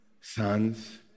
sons